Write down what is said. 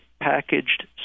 packaged